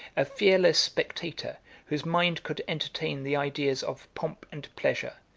a fearless spectator, whose mind could entertain the ideas of pomp and pleasure,